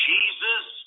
Jesus